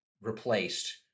replaced